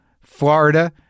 Florida